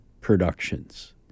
productions